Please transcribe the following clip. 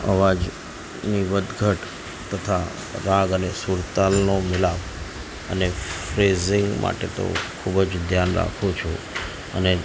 અવાજની વધ ઘટ તથા રાગ અને સુર તાલનો મિલાપ અને પઢ ફ્રેઝિંગ માટે તો ખૂબ જ રાખું છું અને